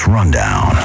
Rundown